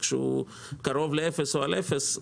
כשהוא קרוב לאפס הוא על אפס,